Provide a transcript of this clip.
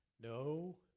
No